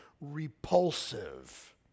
repulsive